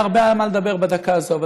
היה הרבה על מה לדבר בדקה הזאת.